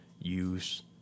use